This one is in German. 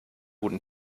guten